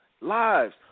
lives